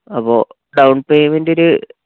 അപ്പോൾ ഡൌൺ പേയ്മെന്റൊരു